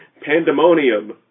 pandemonium